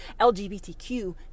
LGBTQ